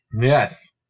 Yes